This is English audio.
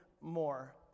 more